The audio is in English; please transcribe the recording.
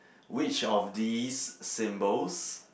which of these symbols